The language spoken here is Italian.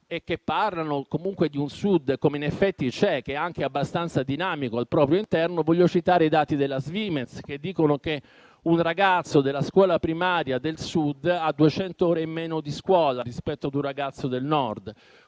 e che parlano comunque di un Sud, che in effetti esiste, anche abbastanza dinamico al proprio interno, voglio citare i dati della Svimez, che dicono che un ragazzo della scuola primaria del Sud ha 200 ore in meno di scuola rispetto ad un ragazzo del Nord.